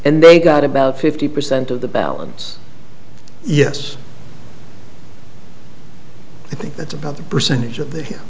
and they got about fifty percent of the balance yes i think that's about the percentage of the